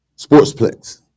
sportsplex